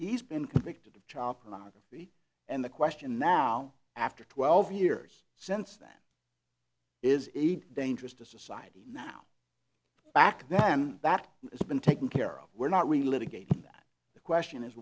he's been convicted of child pornography and the question now after twelve years since that is dangerous to society now back then that it's been taken care of we're not really litigate that the question is